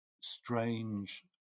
strange